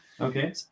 Okay